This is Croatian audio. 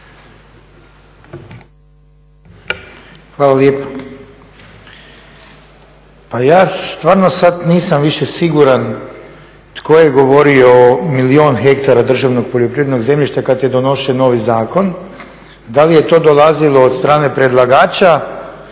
Hvala lijepa. Pa ja stvarno sad nisam više siguran tko je govorio o milijun hektara državnog poljoprivrednog zemljišta kad je donošen novi zakon, da li je to dolazilo od strane predlagača